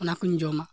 ᱚᱱᱟᱠᱚᱹᱧ ᱡᱚᱢᱟ